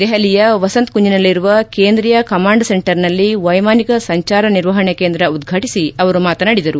ದೆಹಲಿಯ ವಸಂತ್ ಕುಂಜ್ನಲ್ಲಿರುವ ಕೇಂದ್ರೀಯ ಕಮಾಂಡ್ ಸೆಂಟರ್ನಲ್ಲಿ ವ್ವೆಮಾನಿಕ ಸಂಚಾರ ನಿರ್ವಹಣೆ ಕೇಂದ್ರ ಉದ್ಘಾಟಿಸಿ ಅವರು ಮಾತನಾಡಿದರು